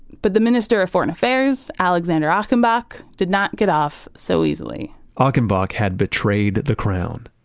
but the minister of foreign affairs, alexander achenbach did not get off so easily ah achenbach had betrayed the crown.